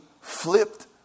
flipped